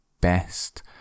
best